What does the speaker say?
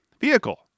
vehicle